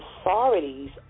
authorities